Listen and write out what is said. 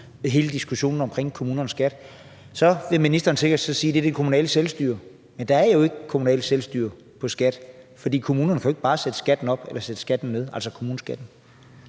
hele diskussionen om kommunernes skat? Så vil ministeren sikkert sige, at det er det kommunale selvstyre. Men der er jo ikke et kommunalt selvstyre på skatteområdet, for kommunerne kan jo ikke bare sætte kommuneskatten op, eller sætte kommuneskatten